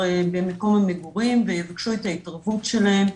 במקום המגורים ויבקשו את ההתערבות שלהם.